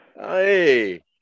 Hey